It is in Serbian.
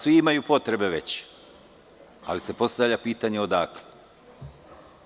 Svi imaju potrebe, ali se postavlja pitanje odakle.